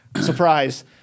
Surprise